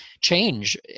change